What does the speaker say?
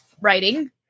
writing